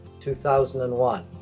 2001